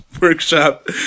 Workshop